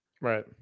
right